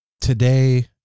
today